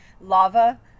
Lava